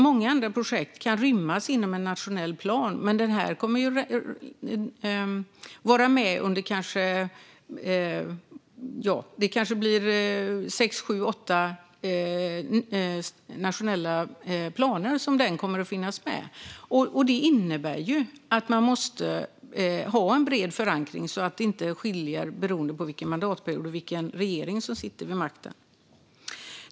Många andra projekt kan rymmas inom en nationell plan, men detta kommer att vara med i kanske sex, sju eller åtta nationella planer. Det innebär att man måste ha en bred förankring så att det inte skiljer beroende på vilken regering som sitter vid makten den aktuella mandatperioden.